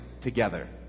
together